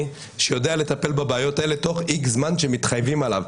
שיודע לטפל בבעיות האלה תוך איקס זמן שמתחייבים עליו.